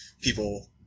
people